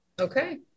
Okay